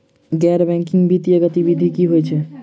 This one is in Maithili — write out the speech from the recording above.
गैर बैंकिंग वित्तीय गतिविधि की होइ है?